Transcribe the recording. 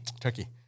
turkey